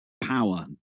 power